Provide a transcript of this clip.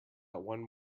one